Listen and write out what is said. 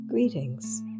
Greetings